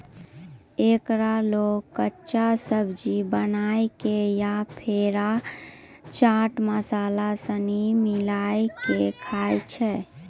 एकरा लोग कच्चा, सब्जी बनाए कय या फेरो चाट मसाला सनी मिलाकय खाबै छै